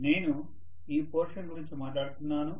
నేను ఈ పోర్షన్ గురించి మాట్లాడుతున్నాను